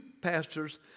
pastors